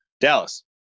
Dallas